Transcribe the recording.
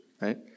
right